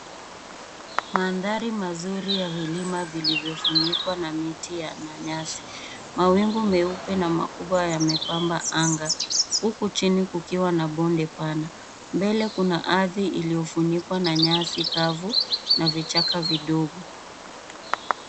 Mandhari mazuri ya vilima vilivyofunikwa na miti na nyasi. Mawingu meupe na makubwa yamepamba anga huku chini kukiwa na bonde pana. Mbele kuna ardhi iliyofunikwa na nyasi kavu na vichaka vidogo.